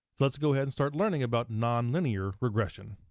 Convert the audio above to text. let's go ahead and start learning about nonlinear regression.